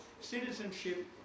Citizenship